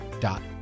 dot